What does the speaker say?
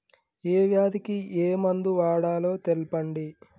ఏ వ్యాధి కి ఏ మందు వాడాలో తెల్పండి?